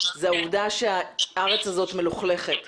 זאת העובדה שהארץ הזאת מלוכלכת.